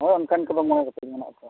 ᱦᱳᱭ ᱚᱱᱠᱟᱱ ᱠᱚᱫᱚ ᱢᱚᱬᱮ ᱜᱚᱴᱮᱡ ᱢᱮᱱᱟᱜ ᱠᱚᱣᱟ